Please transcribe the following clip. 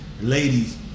ladies